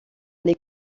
les